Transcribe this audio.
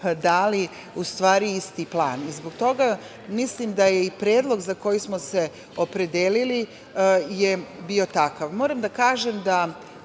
dali u stvari isti plan. Zbog toga mislim da je i predlog za koji smo se opredelili je bio takav. Moram da kažem da